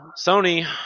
Sony